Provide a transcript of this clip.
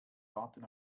warten